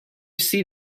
see